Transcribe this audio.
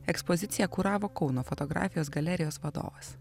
ekspoziciją kuravo kauno fotografijos galerijos vadovas